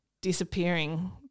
disappearing